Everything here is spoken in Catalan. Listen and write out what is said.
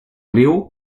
riu